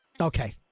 Okay